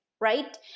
right